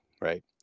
right